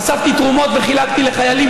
אספתי תרומות וחילקתי לחיילים,